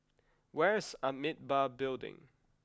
where is Amitabha Building